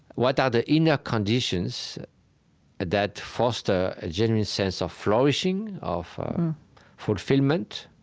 what are the inner conditions that foster a genuine sense of flourishing, of fulfillment,